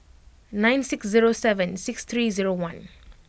nine six zero seven six three zero one